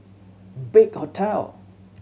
Big Hotel